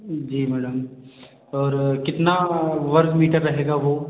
जी madam और कितना वर्ग मीटर रहेगा वो